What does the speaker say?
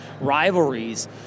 rivalries